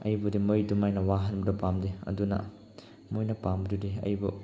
ꯑꯩꯕꯨꯗꯤ ꯃꯣꯏ ꯑꯗꯨꯃꯥꯏꯅ ꯋꯥꯍꯟꯕꯗꯣ ꯄꯥꯝꯗꯦ ꯑꯗꯨꯅ ꯃꯣꯏꯅ ꯄꯥꯝꯕꯗꯨꯗꯤ ꯑꯩꯕꯨ